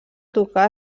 tocar